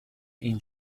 این